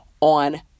on